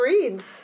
reads